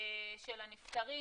של הנפטרים,